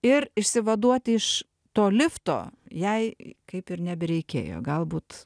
ir išsivaduoti iš to lifto jai kaip ir nebereikėjo galbūt